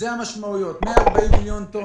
זה המשמעות 140 מיליון טון.